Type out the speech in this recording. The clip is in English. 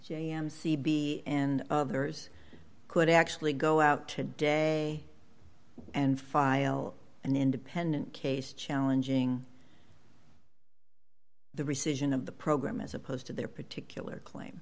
m c b and others could actually go out today and file an independent case challenging the rescission of the program as opposed to their particular claim